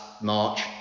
March